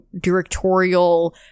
directorial